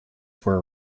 were